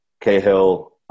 Cahill